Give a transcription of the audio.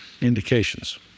indications